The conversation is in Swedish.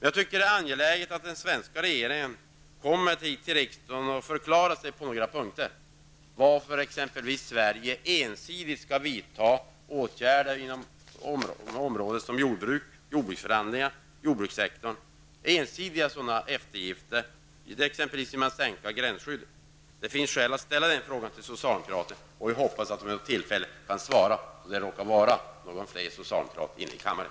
Jag tycker att det är angeläget att regeringen kommer till riksdagen och förklarar sig på några punkter, t.ex. varför Sverige ensidigt skall vidta åtgärder t.ex. när det gäller jordbruksförhandlingarna och jordbrukssektorn och ensidigt sänka gränsskyddet. Det finns skäl att ställa den frågan till socialdemokraterna, och jag hoppas att de vid tillfälle kan svara, när det råkar vara någon socialdemokrat närvarande i kammaren.